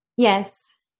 Yes